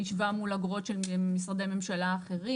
השווה מול אגרות של משרדי ממשלה אחרים.